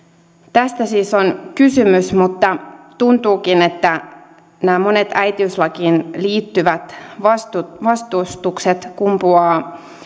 tästä siis on kysymys mutta tuntuukin että nämä monet äitiyslakiin liittyvät vastustukset vastustukset kumpuavat